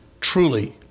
truly